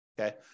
okay